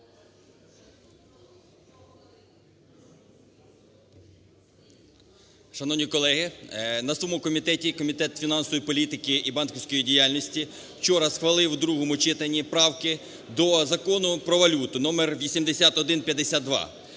Шановні колеги! На своєму комітеті Комітет фінансової політики і банківської діяльності вчора схвалив у другому читанні правки до Закону "Про валюту" (№ 8152).